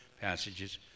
passages